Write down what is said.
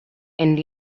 and